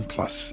Plus